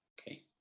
Okay